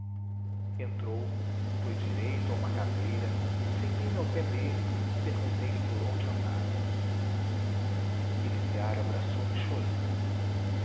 entrou foi direito a uma cadeira sentei-me ao pé dele perguntei-lhe por onde andara elisiário abraçou-me chorando